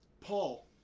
Paul